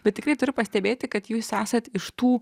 bet tikrai turiu pastebėti kad jūs esate iš tų